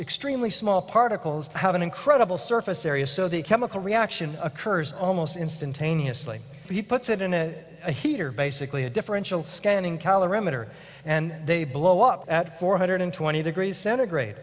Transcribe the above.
extremely small particles have an incredible surface area so the chemical reaction occurs almost instantaneously he puts it in it a heater basically a differential scanning calorimeter and they blow up at four hundred twenty degrees centigrade